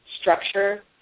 structure